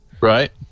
Right